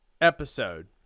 episode